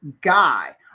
guy